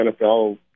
NFL